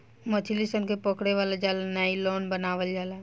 मछली सन के पकड़े वाला जाल नायलॉन बनावल जाला